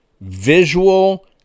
visual